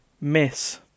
Miss